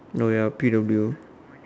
no ya P_W